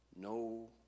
No